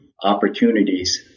opportunities